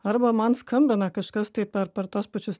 arba man skambina kažkas tai per per tuos pačius